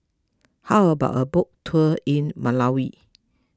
how about a boat tour in Malawi